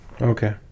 Okay